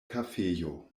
kafejo